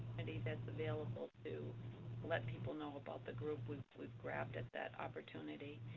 and that's available to let people know about the group. we grabbed at that opportunity.